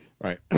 Right